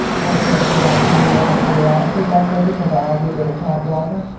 was it, did i come in with a funny attitude that day, because i argued with a cab driver?